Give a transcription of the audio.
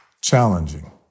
challenging